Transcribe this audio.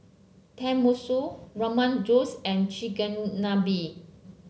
Tenmusu Rogan Josh and Chigenabe